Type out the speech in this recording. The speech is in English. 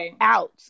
out